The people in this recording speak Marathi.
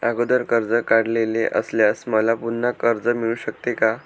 अगोदर कर्ज काढलेले असल्यास मला पुन्हा कर्ज मिळू शकते का?